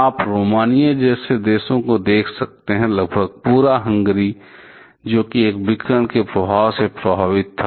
आप रोमानिया जैसे देशों को भी देख सकते हैं लगभग पूरा हंगरी जो कि इस विकिरण के प्रभाव से प्रभावित था